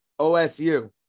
OSU